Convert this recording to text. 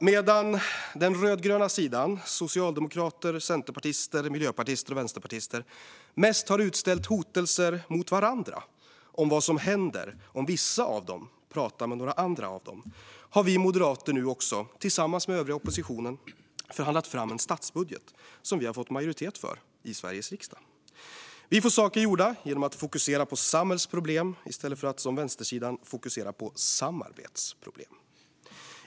Medan den rödgröna sidan, socialdemokrater, centerpartister, miljöpartister och vänsterpartister, mest har utställt hotelser mot varandra om vad som händer om vissa av dem pratar med några andra av dem har vi moderater nu också, tillsammans med den övriga oppositionen, förhandlat fram en statsbudget som vi har fått majoritet för i Sveriges riksdag. Vi får saker gjorda genom att fokusera på samhällsproblem i stället för att, som vänstersidan, fokusera på samarbetsproblem.